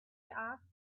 asked